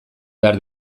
behar